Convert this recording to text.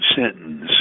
sentence